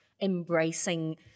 embracing